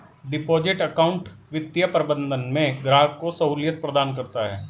deposit account वित्तीय प्रबंधन में ग्राहक को सहूलियत प्रदान करता है